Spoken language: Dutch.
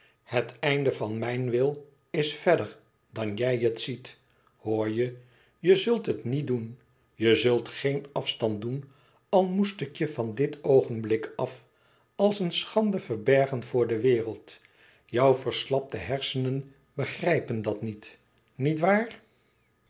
het einde van mijn wil is verder dan jij het ziet hoor je je zult het niet doen je zult geen afstand doen al moest ik je van dit oogenblik af als een schande verbergen voor de wereld jouw verslapte hersenen begrijpen dat niet niet waar